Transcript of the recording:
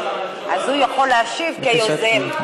הוא יכול להשיב כיוזם,